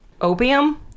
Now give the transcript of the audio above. Opium